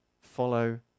follow